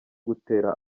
gutera